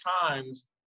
times